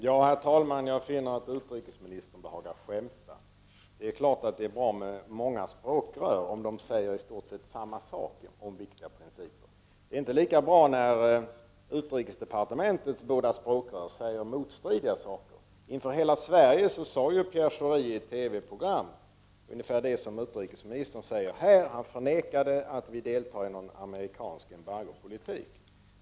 Herr talman! Jag finner att utrikesministern behagar skämta. Det är självklart att det är bra med många språkrör om de säger i stort sett samma sak när det gäller viktiga principer. Det är inte lika bra när utrikesdepartementets båda språkrör säger motstridiga saker. I ett TV-program sade Pierre Schori inför hela svenska folket ungefär det som utrikesministern här säger. Han förnekade att vi deltar i en amerikansk embargopolitik.